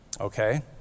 okay